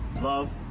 love